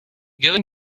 going